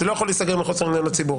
זה לא יכול להיסגר מחוסר עניין לציבור.